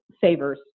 savers